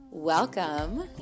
welcome